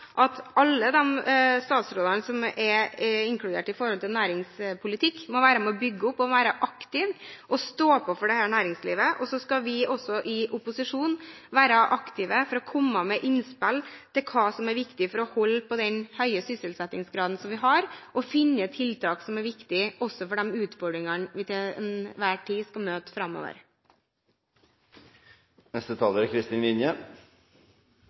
at alle de statsrådene som er involvert når det gjelder næringspolitikk, må være med og bygge opp og være aktive og stå på for næringslivet. Så skal vi også i opposisjon være aktive når det gjelder å komme med innspill til hva som er viktig for å holde på den høye sysselsettingsgraden som vi har, og finne tiltak som er viktige også med tanke på de utfordringene vi til enhver tid skal møte